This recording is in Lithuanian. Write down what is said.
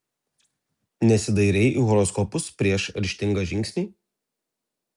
nesidairei į horoskopus prieš ryžtingą žingsnį